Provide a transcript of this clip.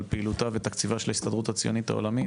על פעילותה ותקציבה של ההסתדרות הציונית העולמית.